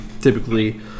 typically